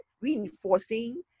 reinforcing